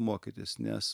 mokytis nes